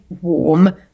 warm